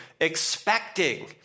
expecting